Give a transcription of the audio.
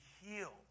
healed